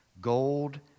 gold